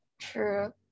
True